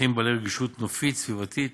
שטחים בעלי רגישות נופית וסביבתית